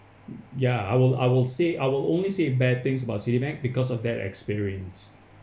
ya I will I will say I will only say bad things about citibank because of that experience